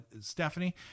Stephanie